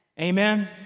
Amen